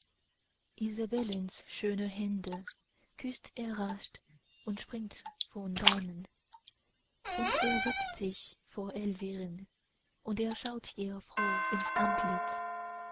isabellens schöne hände küßt er rasch und springt von dannen und er setzt sich vor elviren und er schaut ihr froh ins antlitz